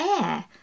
air